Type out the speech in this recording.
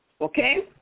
Okay